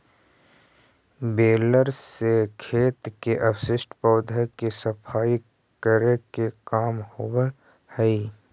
baler से खेत के अवशिष्ट पौधा के सफाई करे के काम होवऽ हई